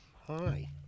Hi